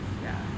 ya